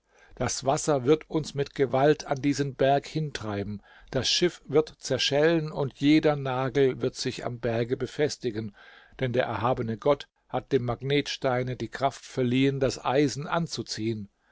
das wasser wird uns mit gewalt an diesen berg hintreiben das schiff wird zerschellen und jeder nagel wird sich am berge befestigen denn der erhabene gott hat dem magnetsteine die kraft verliehen das eisen anzuziehen